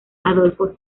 adolfo